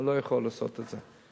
הוא לא יכול לעשות את זה.